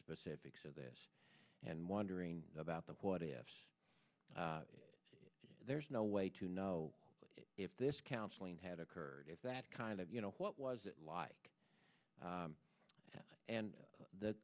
specifics of this and wondering about the what ifs there's no way to know if this counseling had occurred if that kind of you know what was it like and the